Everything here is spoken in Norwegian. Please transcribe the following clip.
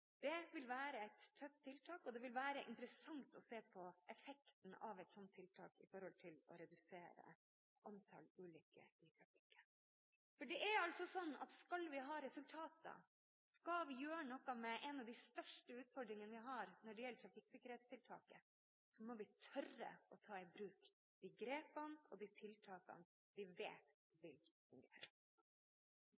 Det vil være et tøft tiltak, og det vil være interessant å se på effekten av et slikt tiltak for å redusere antall ulykker i trafikken. Det er sånn at skal vi ha resultater, og skal vi gjøre noe med en av de største utfordringene vi har når det gjelder trafikksikkerhetstiltak, må vi tørre å ta i bruk de grepene og de tiltakene vi vet